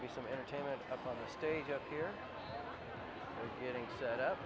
to be some entertainment take up here getting set up